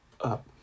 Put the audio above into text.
up